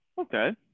Okay